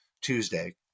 Tuesday